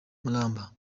muramba